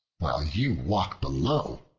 while you walk below,